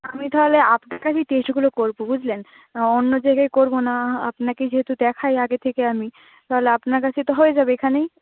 আমি তাহলে আপনার কাছেই টেস্টগুলো করবো বুঝলেন অন্য জায়গায় করবো না আপনাকেই যেহেতু দেখাই আগে থেকে আমি তাহলে আপনার কাছে তো হয়ে যাবে এখানেই